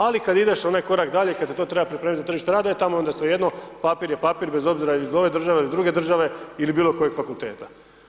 Ali kad ideš onaj korak dalje i kad te to treba pripremiti za tržište rada e tamo je onda svejedno, papir je papri bez obzira iz ove države, iz druge države ili bilokojeg fakulteta.